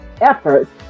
efforts